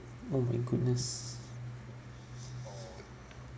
oh my goodness